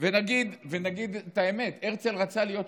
ונגיד את האמת: הרצל רצה להיות שופט.